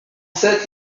sept